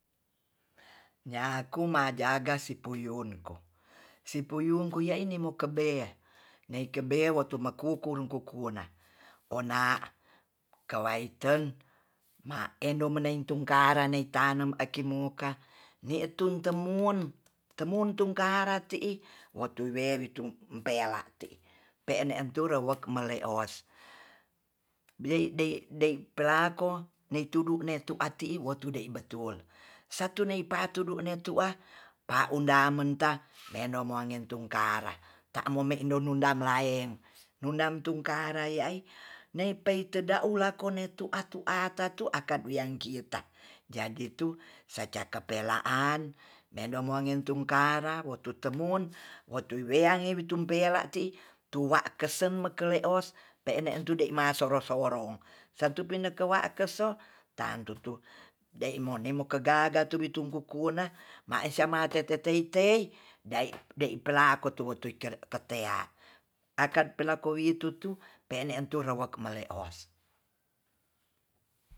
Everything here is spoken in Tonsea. Nyaku ma jaga sipuyunko' sipuyun kuya ini mokebe neikebe wotu maku kurung kukuna wona kelaiten ma endo meneitum karanei tanem aki muka ni tu temun-temun tung kara te'i wotu wewi tu pelaa tee'i pe'ene turewok melei os blei dei-dei pelako nnei tudu ne tudu ati'i wotudei betul satunei patudu ne tua pau unda menta menomoangentung kara ta mumen nonundam laeng lundam tu kara ya'i nei pei teda ulakone tua-tua tatu akat wiang kita jadi tu sejake pelaan medom mengentum kara motutemun wotuyu weangi witum pela ti'i tua kesen mekele os pe'en ne tude masoro-sorong satu pine kewa kese tantu deimo nemo kegaga tuwi tukung kukuna maesa ma te te tei tei dai dei pelako tuwi kere ketea akat pelakoi tutu pe'ne ntu penek tu rowok mele os